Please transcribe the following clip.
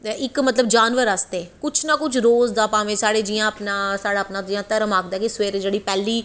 इक जानवर आस्तै रोज़ दा भामें दा जियां साढ़े इक धर्म आखदा कि पैह्ली